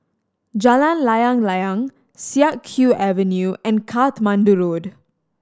Jalan Layang Layang Siak Kew Avenue and Katmandu Road